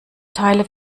teile